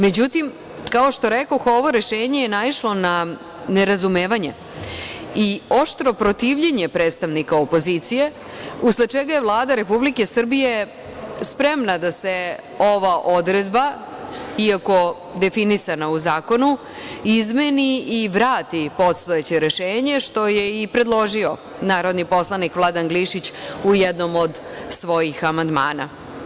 Međutim, kao što rekoh, ovo rešenje je naišlo na nerazumevanje i oštro protivljenje predstavnika opozicije,, usled čega je Vlada Republike Srbije spremna da se ova odredba, iako definisana u zakonu, izmeni i vrati postojeće rešenje, što je i predložio narodni poslanik Vladan Glišić u jednom od svojih amandmana.